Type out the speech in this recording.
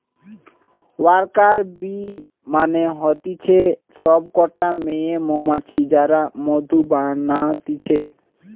worker bee মানে হতিছে সব কটা মেয়ে মৌমাছি যারা মধু বানাতিছে